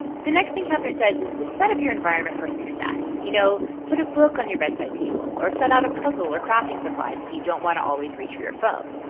the next thing catherine says is to set up your environment for success. you know, put a book on your bedside table. or set out a puzzle or crafting supplies if you don't want to always reach for your phone.